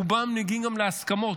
ברובם מגיעים גם להסכמות,